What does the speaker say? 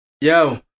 Yo